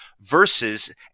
versus